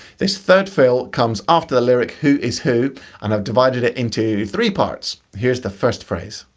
this third fill comes after the lyric who is who and i've divided it into three parts. here's the first phrase.